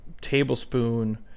tablespoon